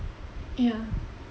ya